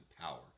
power